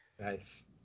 Nice